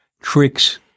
tricks